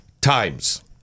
Times